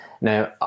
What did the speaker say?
Now